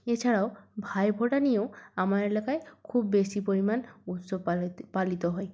এছাড়াও ভাইফোঁটা নিয়েও আমার এলাকায় খুব বেশি পরিমাণ উৎসব পালিত হয়